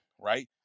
right